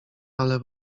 ale